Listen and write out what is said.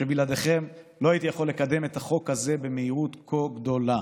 שבלעדיכם לא הייתי יכול לקדם את החוק הזה במהירות כה גדולה.